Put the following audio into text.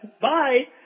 Bye